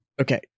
Okay